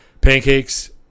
Pancakes